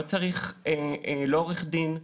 לא צריך עורך דין,